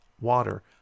water